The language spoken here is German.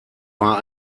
war